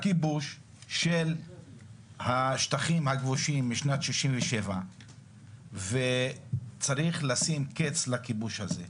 הכיבוש של השטחים הכבושים משנת 1967 וצריך לשים קץ לכיבוש הזה.